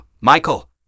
Michael